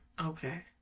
Okay